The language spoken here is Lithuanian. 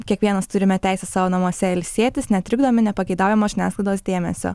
kiekvienas turime teisę savo namuose ilsėtis netrikdomi nepageidaujamo žiniasklaidos dėmesio